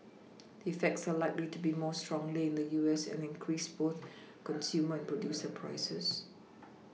effects are likely to be felt more strongly in the U S and increase both consumer and producer prices